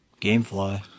GameFly